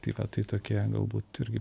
tai va tai tokie galbūt irgi